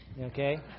okay